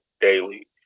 daily